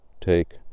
take